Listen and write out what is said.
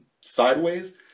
sideways